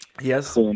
Yes